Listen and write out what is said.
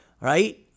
right